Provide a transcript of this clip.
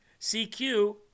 CQ